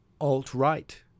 alt-right